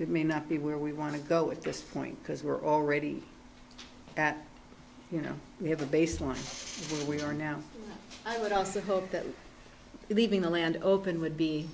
it may not be where we want to go at this point because we're already at you know we have a baseline we are now i would also hope that leaving the land open would be